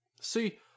See